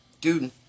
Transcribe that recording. Dude